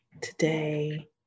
today